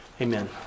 Amen